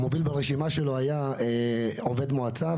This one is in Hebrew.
המוביל ברשימה שלו היה עובד מועצה,